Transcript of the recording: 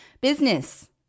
business